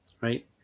Right